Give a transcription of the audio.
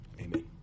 amen